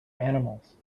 animals